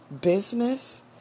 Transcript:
business